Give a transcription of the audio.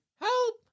Help